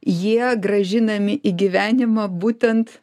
jie grąžinami į gyvenimą būtent